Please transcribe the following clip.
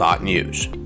News